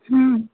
हूँ